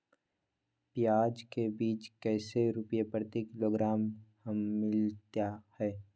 प्याज के बीज कैसे रुपए प्रति किलोग्राम हमिलता हैं?